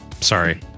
sorry